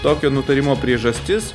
tokio nutarimo priežastis